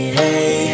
hey